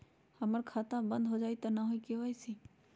हमर खाता बंद होजाई न हुई त के.वाई.सी?